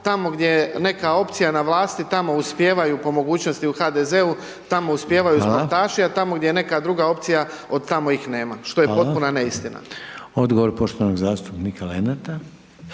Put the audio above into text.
tamo gdje je neka opcija na vlasti tamo uspijevaju po mogućnosti u HDZ-u, tamo uspijevaju sportaši …/Upadica: Hvala./… a tamo gdje je neka druga opcija, od tamo ih nema. Što je potpuna neistina. **Reiner, Željko (HDZ)** Hvala.